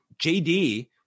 jd